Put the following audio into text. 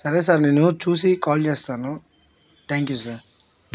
సరే సార్ నేను చూసి కాల్ చేస్తాను థ్యాంక్ యూ సార్